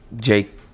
Jake